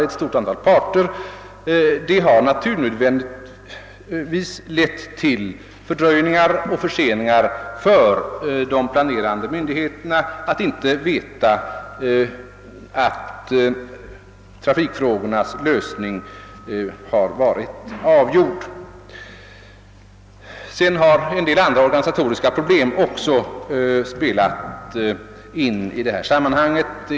Och att inte trafikfrågornas lösning varit klar har med naturnödvändighet lett till fördröjningar och förseningar för de planerande myndigheterna. Sedan har också en del andra organisatoriska problem spelat in i sammanhanget.